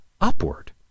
upward